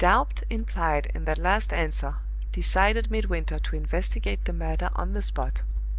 the doubt implied in that last answer decided midwinter to investigate the matter on the spot.